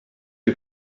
you